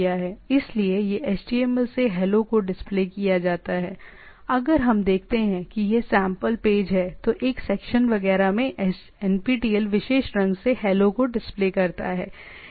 इसलिए यह HTML से हेलो को डिस्प्ले किया जाता है अगर हम देखते हैं कि यह सैंपल पेज है तो एक सेक्शन वगैरह में NPTEL विशेष रंग से हैलो को डिस्प्ले करता है